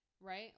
right